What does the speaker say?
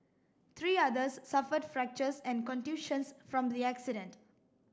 three others suffered fractures and contusions from the accident